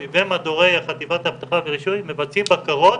ומדורי חטיבת אבטחה ורישוי מבצעים בקרות